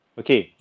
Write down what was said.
okay